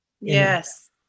Yes